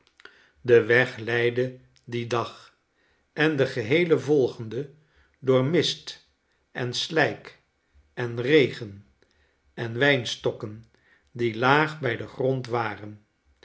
de weg leidde dien dag en den geheelen volgenden door mist en slijk en regen en wijnstokken die laag bij den grond waren